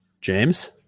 James